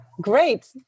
great